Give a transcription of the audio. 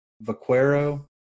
Vaquero